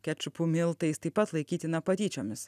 kečupu miltais taip pat laikytina patyčiomis